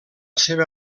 seva